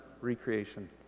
recreation